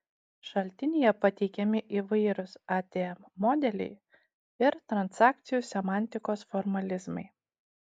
šaltinyje pateikiami įvairūs atm modeliai ir transakcijų semantikos formalizmai